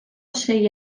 sei